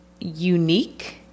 unique